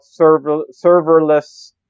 serverless